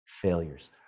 failures